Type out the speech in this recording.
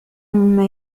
مما